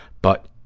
but,